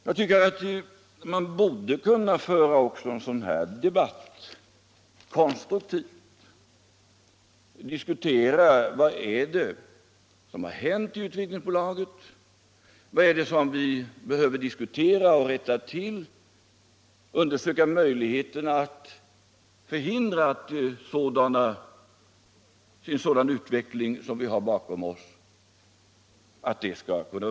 Jag tycker att man borde kunna föra även en sådan här debatt konstruktivt och diskutera vad det är som hänt i Svenska Utvecklingsaktiebolaget, vad det är vi behöver rätta till och vad vi kan göra för att hindra att en sådan utveckling som vi nu har bakom oss uppkommer igen.